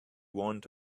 want